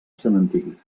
cementiri